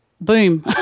boom